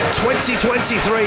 2023